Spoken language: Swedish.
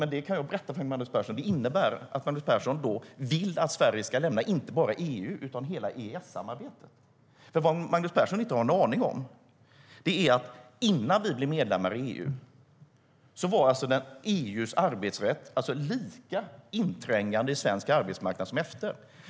Men jag kan berätta för Magnus Persson att det innebär att Magnus Persson vill att Sverige ska lämna inte bara EU utan hela EES-samarbetet.Vad Magnus Persson inte har en aning om är att EU:s arbetsrätt var lika inträngande i svensk arbetsmarknad innan vi blev medlemmar i EU som efter.